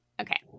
Okay